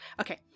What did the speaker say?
okay